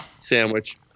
Sandwich